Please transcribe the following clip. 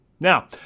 Now